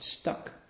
stuck